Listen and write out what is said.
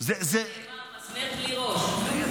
כמו שנאמר, מסמר בלי ראש.